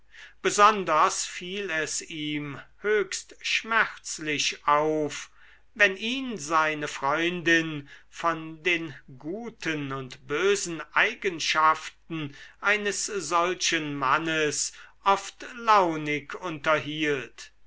besonders fiel es ihm höchst schmerzlich auf wenn ihn seine freundin von den guten und bösen eigenschaften eines solchen mannes oft launig unterhielt